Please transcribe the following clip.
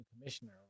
Commissioner